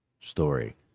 story